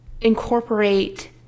incorporate